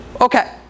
Okay